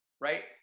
right